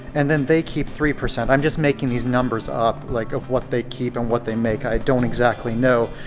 and then they keep three percent. i'm just making these numbers up like of what they keep and what they make, i don't exactly know.